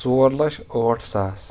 ژور لچھ ٲٹھ ساس